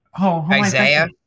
Isaiah